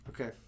Okay